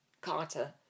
Carter